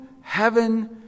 heaven